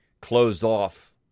closed-off